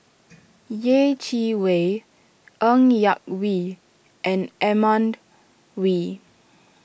Yeh Chi Wei Ng Yak Whee and Edmund Wee